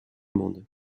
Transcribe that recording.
monde